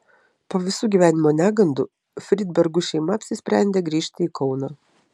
po visų gyvenimo negandų fridbergų šeima apsisprendė grįžti į kauną